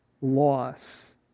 loss